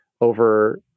Over